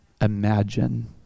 imagine